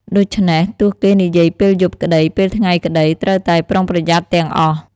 ដូច្នេះ ទោះគេនិយាយពេលយប់ក្តី ពេលថ្ងៃក្ដី ត្រូវតែប្រុងប្រយ័ត្នទាំងអស់។